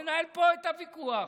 ננהל פה את הוויכוח,